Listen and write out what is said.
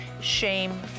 shame